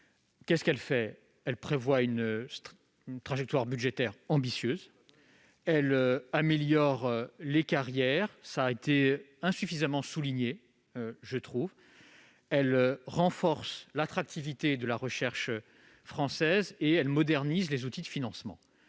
enrichis par le Sénat : elle prévoit une trajectoire budgétaire ambitieuse, améliore les carrières, cela a été insuffisamment souligné, renforce l'attractivité de la recherche française et modernise les outils de financement.